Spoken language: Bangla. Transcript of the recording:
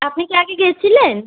আপনি কি আগে গেছিলেন